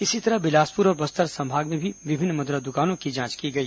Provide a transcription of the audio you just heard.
इसी तरह बिलासपुर और बस्तर संभाग में भी विभिन्न मदिरा दुकानों की जांच की गई